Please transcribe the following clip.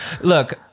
look